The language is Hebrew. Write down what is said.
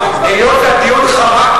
היות שהדיון חרג,